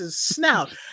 snout